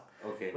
okay